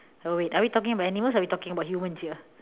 oh wait are we talking about animals or are we talking about humans here